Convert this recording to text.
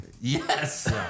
Yes